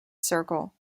circle